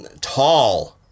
Tall